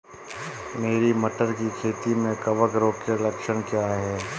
मेरी मटर की खेती में कवक रोग के लक्षण क्या हैं?